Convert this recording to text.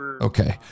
Okay